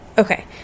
Okay